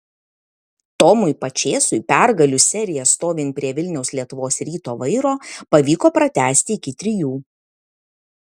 tomui pačėsui pergalių seriją stovint prie vilniaus lietuvos ryto vairo pavyko pratęsti iki trijų